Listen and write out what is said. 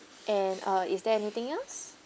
and uh is there anything else